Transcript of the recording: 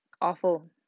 awful